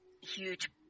huge